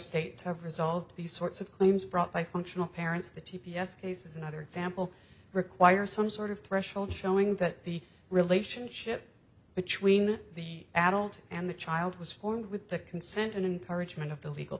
states have resolved these sorts of claims brought by functional parents the t p s case is another example require some sort of threshold showing that the relationship between the adult and the child was formed with the consent and encouragement of the legal